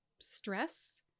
stress